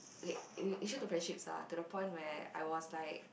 okay i~ issue to friendships ah to the point where I was like